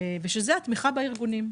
ושזאת התמיכה בארגונים.